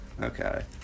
Okay